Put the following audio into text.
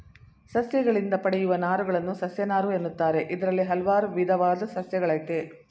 ಸಸ್ಯಗಳಿಂದ ಪಡೆಯುವ ನಾರುಗಳನ್ನು ಸಸ್ಯನಾರು ಎನ್ನುತ್ತಾರೆ ಇದ್ರಲ್ಲಿ ಹಲ್ವಾರು ವಿದವಾದ್ ಸಸ್ಯಗಳಯ್ತೆ